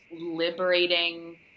liberating